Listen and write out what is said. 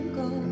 go